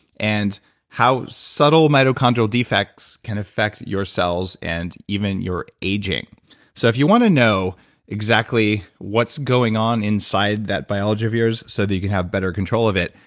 and how subtle mitochondrial defects can affect yourselves and even your aging so if you want to know exactly what's going on inside that biology of yours so that you can have better control of it,